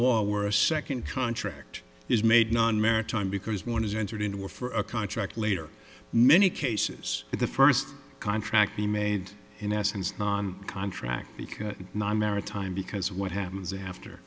law were a second contract is made non maritime because one is entered into a for a contract later many cases the first contract be made in essence a contract because my maritime because what happens after